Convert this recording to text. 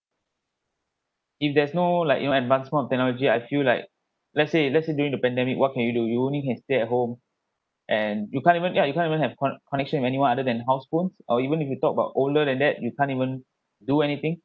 if there's no like you know advancement of technology I feel like let's say let's say during the pandemic what can you do you only can stay at home and you can't even yeah you can't even have con connection with anyone other than house phones or even if you talk about older than that you can't even do anything